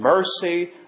mercy